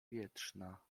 wietrzna